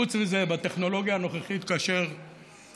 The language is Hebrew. חוץ מזה, בטכנולוגיה הנוכחית, כאשר